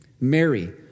Mary